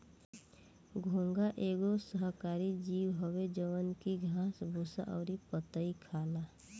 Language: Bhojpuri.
घोंघा एगो शाकाहारी जीव हवे जवन की घास भूसा अउरी पतइ खाला